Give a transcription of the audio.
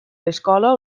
l’escola